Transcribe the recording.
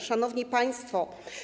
Szanowni Państwo!